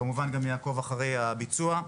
כמובן גם יעקוב אחרי הביצוע.